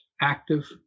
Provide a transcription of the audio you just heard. active